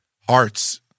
hearts